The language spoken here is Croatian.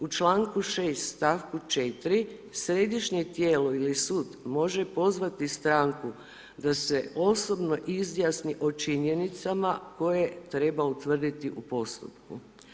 U čl. 6. stavku 4 središnje tijelo ili sud može pozvati stranku da se osobno izjasni o činjenicama koje treba u tvrditi u poslu.